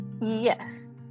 Yes